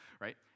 right